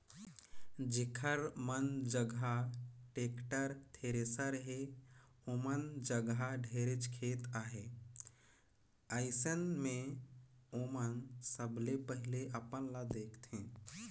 जेखर मन जघा टेक्टर, थेरेसर हे ओमन जघा ढेरेच खेत अहे, अइसन मे ओमन सबले पहिले अपन ल देखथें